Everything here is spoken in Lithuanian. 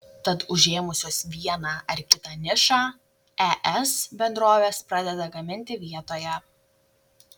tad užėmusios vieną ar kitą nišą es bendrovės pradeda gaminti vietoje